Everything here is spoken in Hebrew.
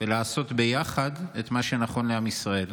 ולעשות ביחד את מה שנכון לעם ישראל.